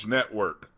Network